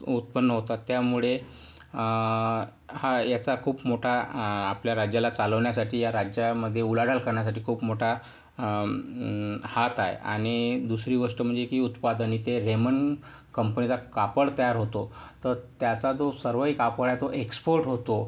उत्पन्न होतात त्यामुळे हा याचा खूप मोठा आपल्या राज्याला चालवण्यासाठी या राज्यामध्ये उलाढाल करण्यासाठी खूप मोठा हात आहे आणि दुसरी गोष्ट म्हणजे की उत्पादन इथे रेमंड कंपनीचा कापड तयार होतो तर त्याचा जो सर्वही कापड आहे तो एक्स्पोर्ट होतो